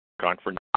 Conference